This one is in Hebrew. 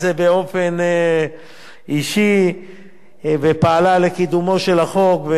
זה באופן אישי ופעלה לקידומו של החוק,